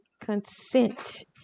consent